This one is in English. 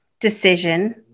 decision